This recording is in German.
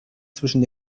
zwischen